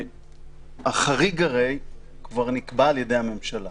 החריג כבר נקבע על ידי הממשלה,